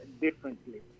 differently